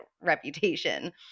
reputation